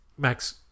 Max